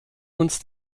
uns